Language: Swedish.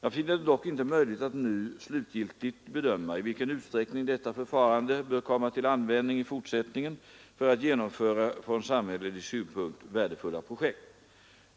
Jag finner det dock inte möjligt att nu slutgiltigt bedöma i vilken utsträckning detta förfarande bör komma till användning i fortsättningen för att genomföra från samhällelig synpunkt värdefulla projekt.